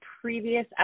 previous